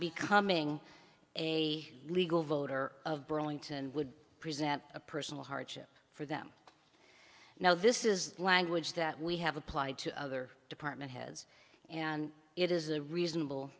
becoming a legal voter of burlington would present a personal hardship for them now this is language that we have applied to other department heads and it is a reasonable